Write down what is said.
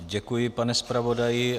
Děkuji, pane zpravodaji.